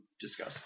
discuss